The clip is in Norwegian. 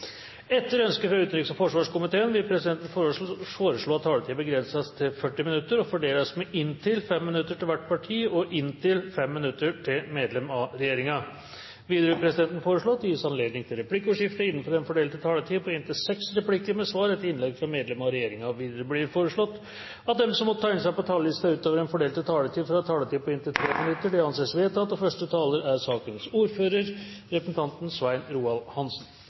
40 minutter og fordeles med inntil 5 minutter til hvert parti og inntil 5 minutter til medlem av regjeringen. Videre vil presidenten foreslå at det gis anledning til replikkordskifte på inntil seks replikker med svar etter innlegg fra medlem av regjeringen innenfor den fordelte taletid. Videre blir det foreslått at de som måtte tegne seg på talerlisten utover den fordelte taletid, får en taletid på inntil 3 minutter. – Det anses vedtatt. Det er bred oppslutning om Norges medlemskap i NATO og